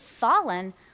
fallen